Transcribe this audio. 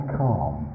calm